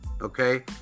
Okay